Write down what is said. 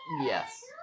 Yes